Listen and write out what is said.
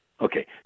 Okay